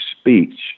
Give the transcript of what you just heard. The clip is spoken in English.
speech